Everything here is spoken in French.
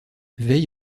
veille